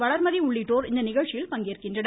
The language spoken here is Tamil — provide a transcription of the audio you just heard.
வளர்மதி உள்ளிட்டோர் இந்நிகழ்ச்சியில் பங்கேற்கின்றனர்